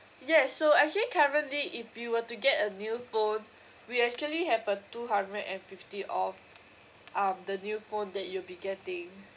yes so actually currently if you were to get a new phone we actually have a two hundred and fifty off um the new phone that you'll be getting